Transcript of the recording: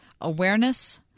awareness